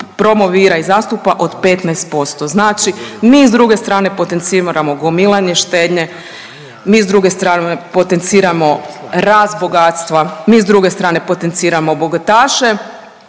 promovira i zastupa, od 15%. Znači mi s druge strane potenciramo gomilanje štednje, mi s druge strane potenciramo rast bogatstva, mi s druge strane potenciramo bogataše,